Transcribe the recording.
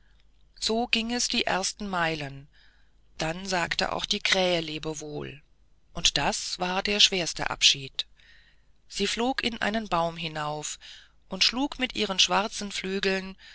so ging es die ersten meilen da sagte auch die krähe lebewohl und das war der schwerste abschied sie flog in einen baum hinauf und schlug mit ihren schwarzen flügeln